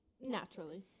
Naturally